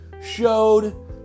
showed